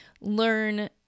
learn